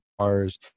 cars